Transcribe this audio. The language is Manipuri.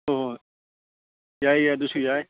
ꯍꯣꯏ ꯍꯣꯏ ꯍꯣꯏ ꯌꯥꯏ ꯌꯥꯏ ꯑꯗꯨꯁꯨ ꯌꯥꯏ